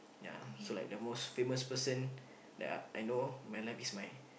yeah so like the most famous person that I know of my life is my